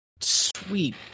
Sweet